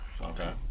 Okay